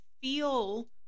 feel